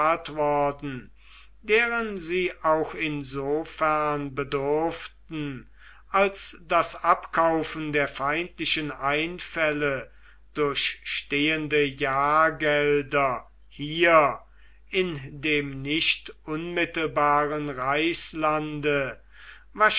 deren sie auch insofern bedurften als das abkaufen der feindlichen einfälle durch stehende jahrgelder hier in dem nicht unmittelbaren reichslande